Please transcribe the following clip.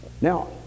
Now